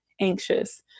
anxious